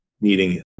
needing